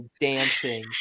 dancing